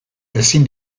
ezin